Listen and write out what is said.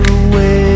away